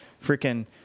freaking